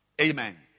Amen